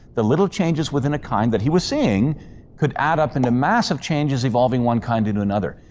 the little changes within a kind that he was seeing could add up into massive changes evolving one kind into another.